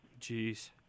Jeez